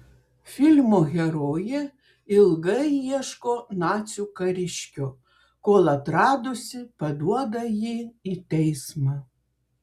filmo herojė ilgai ieško nacių kariškio kol atradusi paduoda jį į teismą